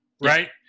right